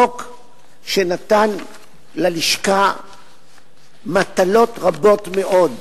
חוק שנתן ללשכה מטלות רבות מאוד.